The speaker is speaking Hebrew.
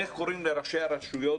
איך קוראים לראשי הרשויות,